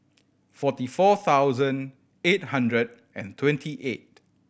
forty four thousand eight hundred and twenty eight